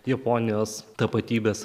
japonijos tapatybės